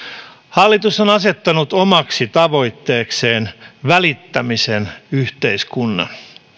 hallitus on asettanut omaksi tavoitteekseen välittämisen yhteiskunnan